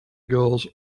girls